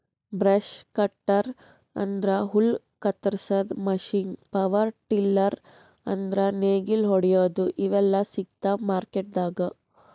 brush cutter ಅಂದ್ರ ಹುಲ್ಲ್ ಕತ್ತರಸಾದ್ ಮಷೀನ್ ಪವರ್ ಟಿಲ್ಲರ್ ಅಂದ್ರ್ ನೇಗಿಲ್ ಹೊಡ್ಯಾದು ಇವೆಲ್ಲಾ ಸಿಗ್ತಾವ್ ಮಾರ್ಕೆಟ್ದಾಗ್